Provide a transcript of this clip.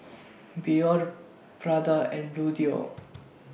Biore Prada and Bluedio